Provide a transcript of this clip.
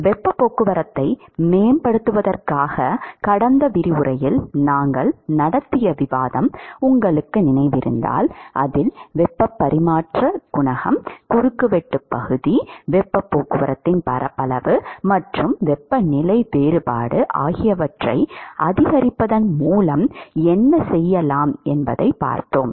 வெப்பப் போக்குவரத்தை மேம்படுத்துவதற்காக கடந்த விரிவுரையில் நாங்கள் நடத்திய விவாதம் உங்களுக்கு நினைவிருந்தால் வெப்பப் பரிமாற்ற குணகம் குறுக்குவெட்டுப் பகுதி வெப்பப் போக்குவரத்தின் பரப்பளவு மற்றும் வெப்பநிலை வேறுபாடு ஆகியவற்றை அதிகரிப்பதன் மூலம் என்ன செய்யலாம் என்று பார்த்தோம்